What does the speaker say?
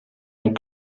ein